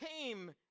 came